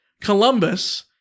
Columbus